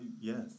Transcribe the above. yes